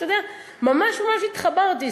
ממש התחברתי.